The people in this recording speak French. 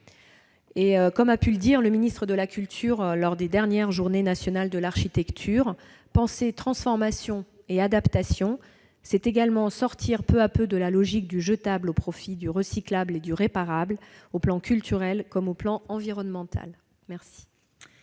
comme a pu le dire le ministre de la culture à l'occasion des dernières Journées nationales de l'architecture :« Penser transformation et adaptation, [...] c'est sortir peu à peu de la logique du jetable au profit du recyclable et du réparable, sur le plan culturel comme sur le plan environnemental. »